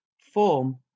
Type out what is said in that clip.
form